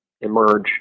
emerge